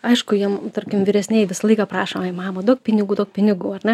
aišku jiem tarkim vyresnieji visą laiką prašo ai mama duok pinigų duok pinigų ar ne